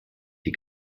die